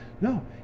no